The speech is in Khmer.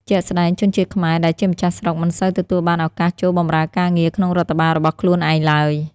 ជាក់ស្ដែង ជនជាតិខ្មែរដែលជាម្ចាស់ស្រុក មិនសូវទទួលបានឱកាសចូលបម្រើការងារក្នុងរដ្ឋបាលរបស់ខ្លួនឯងឡើយ។